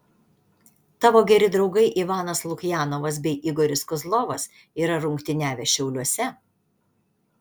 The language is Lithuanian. tavo geri draugai ivanas lukjanovas bei igoris kozlovas yra rungtyniavę šiauliuose